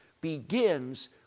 begins